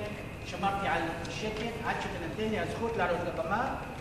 ושמרתי על שקט עד שתינתן לי הזכות לעלות לבמה.